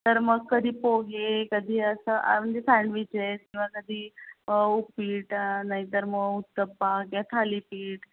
तर मग कधी पोहे कधी असं आ म्हणजे सँडविचेस किंवा कधी उप्पीट नाहीतर मग उत्तपा किंवा थालीपीठ